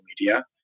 media